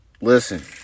Listen